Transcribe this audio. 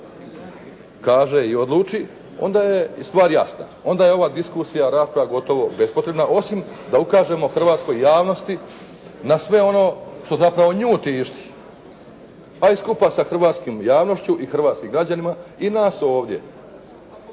kaže i odluči, onda je stvar jasna. Onda je ova diskusija rasprave gotovo bespotrebna osim da ukažemo hrvatskoj javnosti na sve ono što zapravo nju tišti pa i skupa sa hrvatskom javnošću i hrvatskim građanima i nas ovdje